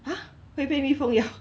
!huh! 会被蜜蜂咬